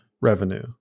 revenue